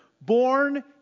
born